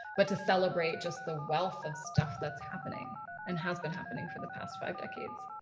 but to celebrate just the wealth of stuff that's happening and has been happening for the past five decades.